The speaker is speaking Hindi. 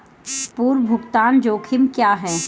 पूर्व भुगतान जोखिम क्या हैं?